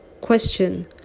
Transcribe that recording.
Question